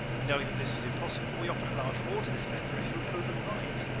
knowing that this was impossible, we offered a large reward to this member if he were proven right.